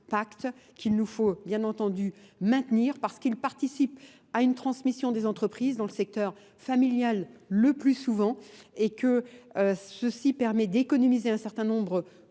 qu'il nous faut bien entendu maintenir parce qu'il participe à une transmission des entreprises dans le secteur familial le plus souvent. et que ceci permet d'économiser un certain nombre de